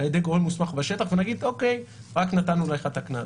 על ידי גורם מוסמך בשטח ונגיד אוקיי רק נתנו לך את הקנס.